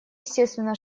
естественно